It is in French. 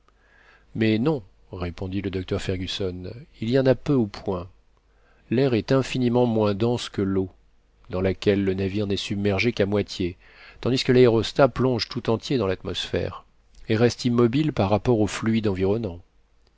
mais non répondit le docteur fergusson il y en a peu ou point l'air est infiniment moins dense que l'eau dans laquelle le navire n'est submergé qu'à moitié tandis que l'aérostat plonge tout entier dans l'atmosphère et reste immobile par rapport au fluide environnant